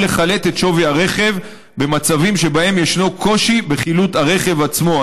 או לחלט את שווי הרכב במצבים שבהם יש קושי בחילוט הרכב עצמו.